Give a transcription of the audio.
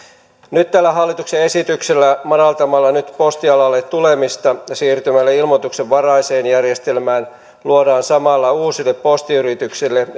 nyt tällä hallituksen esityksellä madalletaan postialalle tulemisen kynnystä siirtymällä ilmoituksenvaraiseen järjestelmään ja luodaan samalla uusille postiyrityksille